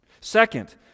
Second